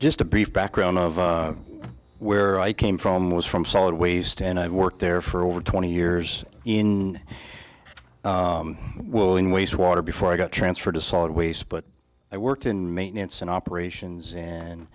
just a brief background of where i came from was from solid waste and i've worked there for over twenty years in welding wastewater before i got transferred to solid waste but i worked in maintenance and operations and